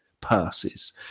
passes